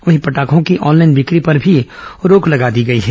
वहीं पटाखों की ऑनलाइन बिक्री पर भी रोक लगा दी गई है